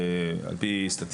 אם נניח זה יהיה מספר גדול,